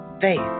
Faith